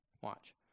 Watch